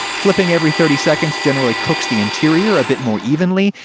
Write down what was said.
flipping every thirty seconds generally cooks the interior a bit more evenly,